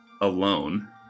alone